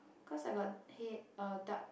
cause I got hei err dark